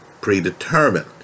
predetermined